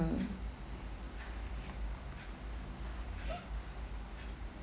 mm